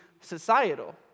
societal